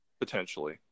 Potentially